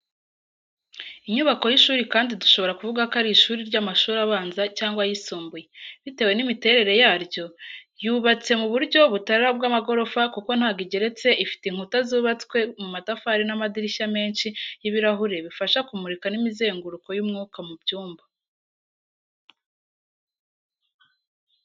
Inyubako y’ishuri kandi dushobora kuvuga ko ari ishuri ry’amashuri abanza cyangwa ayisumbuye, bitewe n'imiterere yaryo. Yubatse mu buryo butari ubw'amagorofa kuko ntago igeretse ifite inkuta zubatswe mu matafari n’amadirishya menshi y’ibirahure bifasha kumurika n’imizenguruko y’umwuka mu byumba.